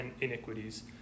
iniquities